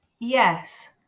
Yes